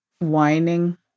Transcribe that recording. whining